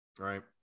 right